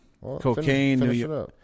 cocaine